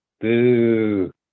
boo